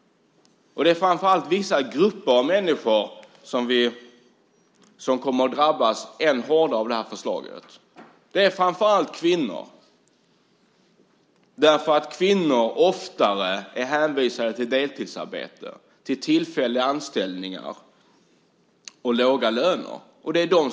Framför allt kommer vissa grupper av människor att drabbas hårdare än andra av det här förslaget. Främst är det kvinnor som drabbas, eftersom de oftare är hänvisade till deltidsarbete, tillfälliga anställningar och låga löner.